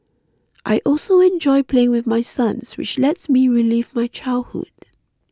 I also enjoy playing with my sons which lets me relive my childhood